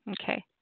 Okay